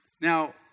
Now